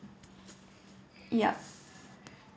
yup